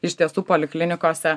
iš tiesų poliklinikose